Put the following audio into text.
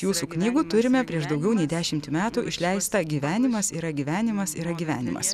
jūsų knygų turime prieš daugiau nei dešimt metų išleistą gyvenimas yra gyvenimas yra gyvenimas